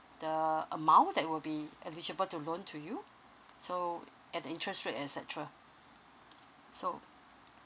the amount that will be eligible to loan to you so and the interest rate etcetera so